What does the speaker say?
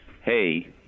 hey